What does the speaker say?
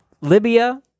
Libya